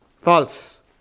False